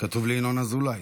כתוב לי ינון אזולאי.